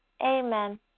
Amen